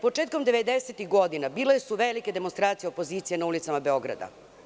Početkom 90-ih godina bile su velike demonstracije opozicije na ulicama Beograda.